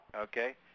Okay